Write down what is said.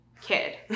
kid